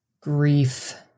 grief